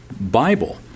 Bible